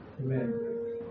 Amen